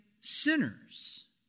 sinners